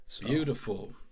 Beautiful